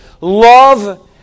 love